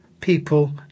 people